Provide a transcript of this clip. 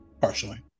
Partially